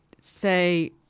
say